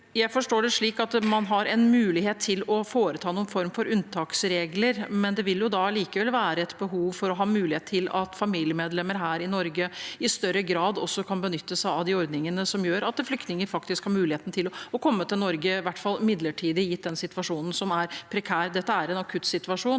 Jeg forstår det slik at man har en mulighet til å beslutte unntaksregler, men det vil likevel være behov for at familiemedlemmer her i Norge i større grad kan benytte seg av de ordningene som gjør at flyktninger faktisk har muligheten til å komme til Norge – i hvert fall midlertidig – gitt situasjonen, som er prekær. Dette er en akuttsituasjon.